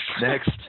Next